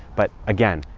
but again,